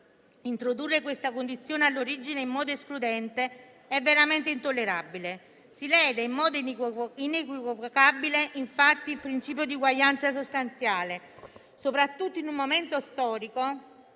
introdurre questa condizione all'origine in modo escludente è veramente intollerabile. Infatti, si lede in modo inequivocabile il principio di uguaglianza sostanziale, soprattutto in un momento storico